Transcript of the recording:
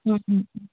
ꯎꯝ ꯎꯝ